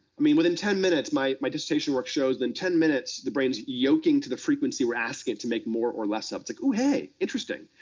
i mean within ten minutes, my my dissertation work shows, in and ten minutes, the brain's yoking to the frequency we're asking it to make more or less of, it's like, ooh, hey, interesting.